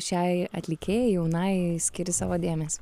šiai atlikėjai jaunajai skiri savo dėmesį